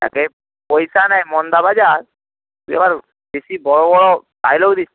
একেই পয়সা নেই ওইখানে মন্দা বাজার তুই আবার বেশি বড় বড় ডাইলগ দিচ্ছ